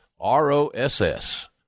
R-O-S-S